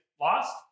lost